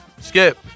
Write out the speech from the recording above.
Skip